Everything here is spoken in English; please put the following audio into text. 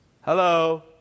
Hello